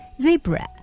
Zebra